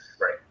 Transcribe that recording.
right